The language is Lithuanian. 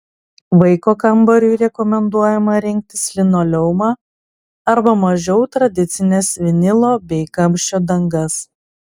vaiko kambariui rekomenduojama rinktis linoleumą arba mažiau tradicines vinilo bei kamščio dangas